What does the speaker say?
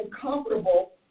comfortable